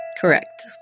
Correct